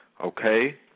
Okay